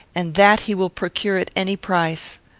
and that he will procure at any price.